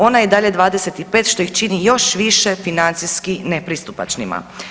Ona je i dalje 25 što ih čini još više financijski nepristupačnima.